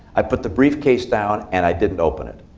i put the briefcase down, and i didn't open it.